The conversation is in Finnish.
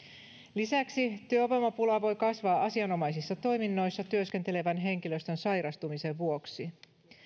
lisäksi työvoimapula voi kasvaa asianomaisissa toiminnoissa työskentelevän henkilöstön sairastumisen vuoksi